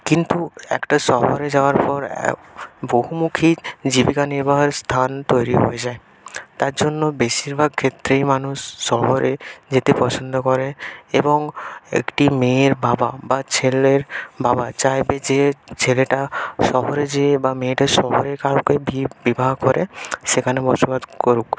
কিন্তু একটা শহরে যাওয়ার পর এক বহুমুখী জীবিকা নির্বাহের স্থান তৈরি হয়ে যায় তার জন্য বেশিরভাগ ক্ষেত্রেই মানুষ শহরে যেতে পছন্দ করে এবং একটি মেয়ের বাবা বা ছেলের বাবা চাইবে যে ছেলেটা শহরে যেয়ে বা মেয়েটা শহরের কাউকে বিয়ে বিবাহ করে সেখানে বসবাস করুক